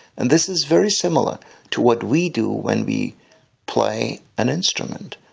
and this is very similar to what we do when we play an instrument.